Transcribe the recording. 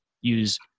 use